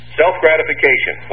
self-gratification